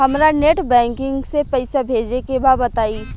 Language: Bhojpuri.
हमरा नेट बैंकिंग से पईसा भेजे के बा बताई?